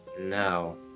No